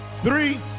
three